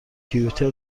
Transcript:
توئیتر